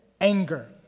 anger